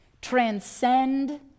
transcend